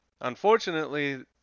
Unfortunately